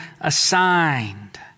assigned